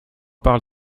parle